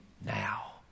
now